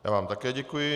Já vám také děkuji.